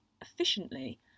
efficiently